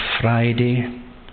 Friday